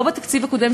לא בתקציב הקודם,